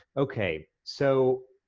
okay, so,